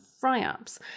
fry-ups